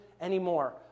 anymore